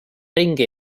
ringi